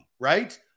right